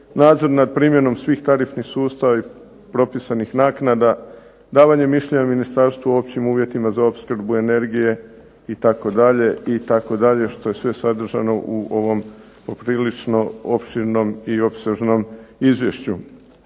nadzor nad primjenom svih tarifnih sustava i propisanih naknada, davanje mišljenja ministarstvu o općim uvjetima za opskrbu energije itd., itd. Što je sve sadržano u ovom poprilično opširnom i opsežnom izvješću.